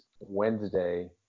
Wednesday